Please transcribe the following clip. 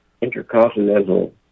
intercontinental